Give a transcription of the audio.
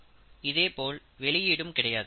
இதே இதேபோல் வெளியீடும் கிடையாது